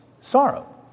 sorrow